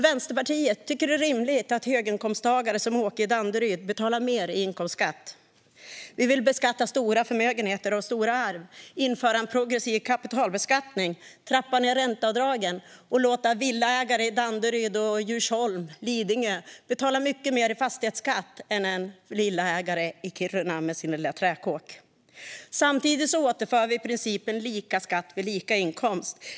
Vänsterpartiet tycker att det är rimligt att höginkomsttagare som Åke i Danderyd betalar mer i inkomstskatt. Vi vill beskatta stora förmögenheter och stora arv, införa en progressiv kapitalbeskattning, trappa ned ränteavdragen och låta villaägare i Danderyd, Djursholm och Lidingö betala mycket mer i fastighetsskatt än vad en villaägare i Kiruna gör för sin lilla träkåk. Samtidigt återinför vi principen lika skatt vid lika inkomst.